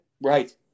Right